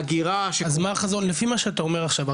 לפי מה שאתה אומר עכשיו,